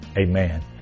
Amen